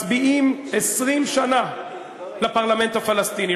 מצביעים 20 שנה לפרלמנט הפלסטיני.